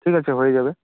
ঠিক আছে হয়ে যাবে